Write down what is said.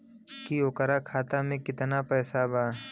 की ओकरा खाता मे कितना पैसा बा?